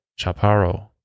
Chaparro